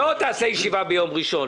אי אפשר להגיד "תערוך ישיבה ביום ראשון".